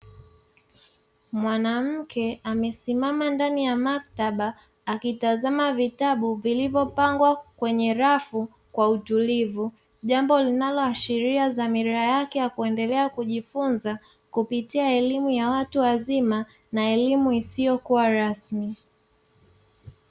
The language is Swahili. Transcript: Mwanamke amesimama ndani ya maktaba akitizama vitabu vilivyopangwa kwenye rafu kwa utulivu, jambo linaloashiria dhamira yake ya kuendelea kujifunza kupitia elimu ya watu wazima na elimu isiyokuwa rasmi.